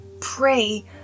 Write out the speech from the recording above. pray